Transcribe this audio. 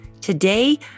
Today